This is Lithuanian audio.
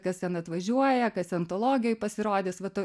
kas ten atvažiuoja kas antologijoj pasirodys va to